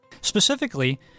Specifically